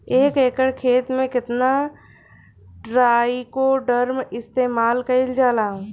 एक एकड़ खेत में कितना ट्राइकोडर्मा इस्तेमाल कईल जाला?